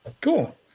Cool